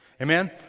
Amen